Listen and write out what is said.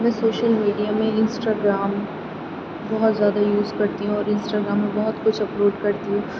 میں social media میں Instagram بہت زیادہ یوز کرتی ہوں اور انسٹاگرام میں بہت کچھ اپلوڈ کرتی ہوں